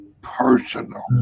personal